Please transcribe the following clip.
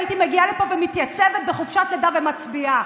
והייתי מגיעה לפה ומתייצבת בחופשת לידה ומצביעה.